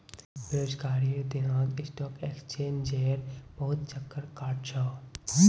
बेरोजगारीर दिनत स्टॉक एक्सचेंजेर बहुत चक्कर काट छ